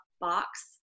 box